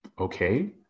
okay